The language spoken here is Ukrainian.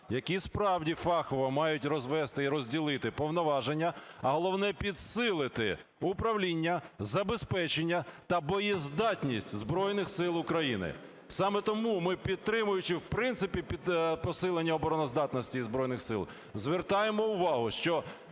які справді фахово мають розвести і розділити повноваження, а головне – підсилити управління, забезпечення та боєздатність Збройних Сил України. Саме тому ми, підтримуючи в принципі посилення обороноздатності Збройних Сил, звертаємо увагу, що